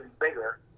bigger